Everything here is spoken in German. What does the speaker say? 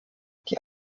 die